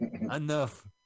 Enough